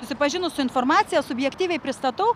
susipažinus su informacija subjektyviai pristatau